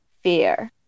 fear